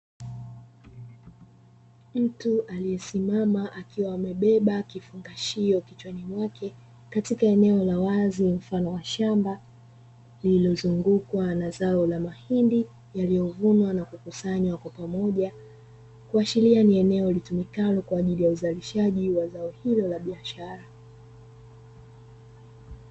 Mtu aliyesimama akiwa amebeba kifungashio kichwani mwake katika eneo la wazi mfano wa shamba lililozungukwa na zao la mahindi yaliyovunwa na kukusanywa kwa pamoja, kuashiria ni eneo litumikalo kwa ajili ya uzalishaji wa zao hilo la biashara.